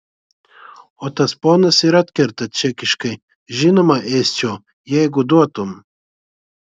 o tas ponas ir atkerta čekiškai žinoma ėsčiau jeigu duotum